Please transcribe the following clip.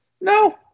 No